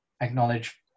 acknowledge